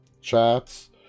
chats